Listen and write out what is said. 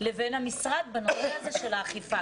לבין המשרד בנושא האכיפה.